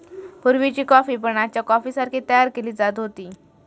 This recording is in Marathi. पुर्वीची कॉफी पण आजच्या कॉफीसारखी तयार केली जात होती